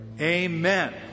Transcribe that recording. Amen